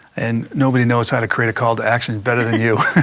and nobody knows how to create a call to action better than you.